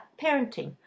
parenting